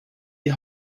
die